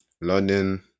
learning